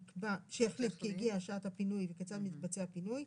שיחליט כי הגיעה שעת הפינוי וכיצד מתבצע הפינוי.